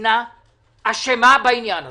המדינה אשמה בעניין הזה.